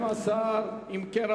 12. אם כן,